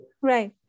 Right